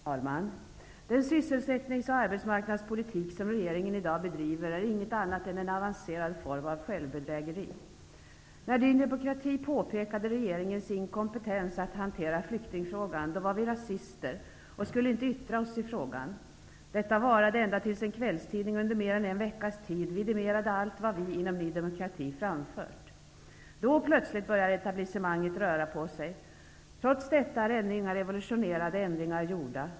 Herr talman! Den sysselsättnings och arbetsmarknadspolitik som regeringen i dag bedriver är inget annat än en avancerad form av självbedrägeri. När Ny demokrati påpekade regeringens inkompetens att hantera flyktingfrågan -- då var vi rasister och skulle inte yttra oss i frågan. Detta varade ända tills en kvällstidning under mer än en veckas tid vidimerade allt vad vi inom Ny demokrati framfört. Då plötsligt börjar etablissemanget röra på sig. Trots detta har ännu inga revolutionerade ändringar gjorts.